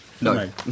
No